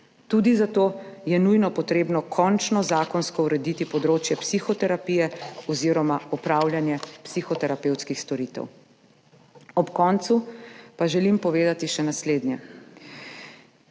Tudi zato je treba nujno končno zakonsko urediti področje psihoterapije oziroma opravljanja psihoterapevtskih storitev. Ob koncu pa želim povedati še naslednje.